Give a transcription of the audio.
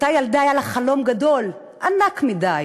לאותה ילדה היה חלום גדול, ענק מדי